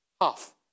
half